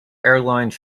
airlines